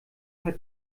paar